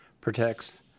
protects